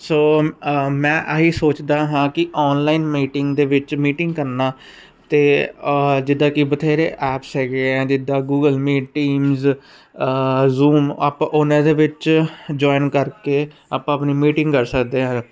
ਸੋ ਮੈਂ ਆਹੀ ਸੋਚਦਾ ਹਾਂ ਕਿ ਆਨਲਾਈਨ ਮੀਟਿੰਗ ਦੇ ਵਿੱਚ ਮੀਟਿੰਗ ਕਰਨਾ ਤੇ ਜਿੱਦਾਂ ਕਿ ਬਥੇਰੇ ਐਪਸ ਹੈਗੇ ਆ ਜਿਦਾਂ ਗੂਗਲ ਮੀਟਿੰਗਜ਼ ਜੂਮ ਆਪਾਂ ਉਹਨਾਂ ਦੇ ਵਿੱਚ ਜੋਇਨ ਕਰਕੇ ਆਪਾਂ ਆਪਣੀ ਮੀਟਿੰਗ ਕਰ ਸਕਦੇ ਆ